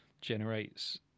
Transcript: generates